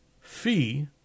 fee